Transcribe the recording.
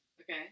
Okay